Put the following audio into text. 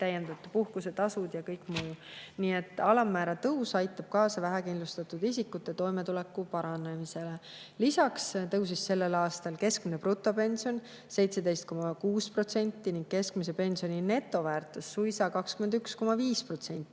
täiendavad puhkusetasud ja kõik muu. Nii et alammäära tõus aitab kaasa vähekindlustatud isikute toimetuleku paranemisele. Lisaks tõusis sellel aastal keskmine brutopension 17,6% ning keskmise pensioni netoväärtus suisa 21,5%.